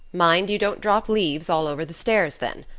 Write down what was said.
mind you don't drop leaves all over the stairs then.